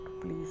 please